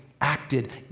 acted